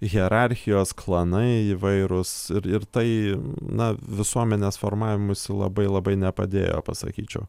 hierarchijos klanai įvairūs ir ir tai na visuomenės formavimuisi labai labai nepadėjo pasakyčiau